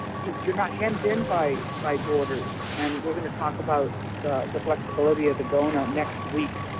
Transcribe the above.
you're not hemmed in by by borders. and we're going to talk about the flexibility of the gona next week,